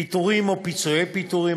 (5) פיטורים או פיצויי פיטורים,